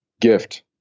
gift